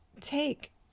take